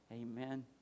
Amen